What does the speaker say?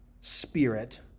spirit